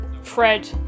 Fred